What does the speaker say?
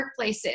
workplaces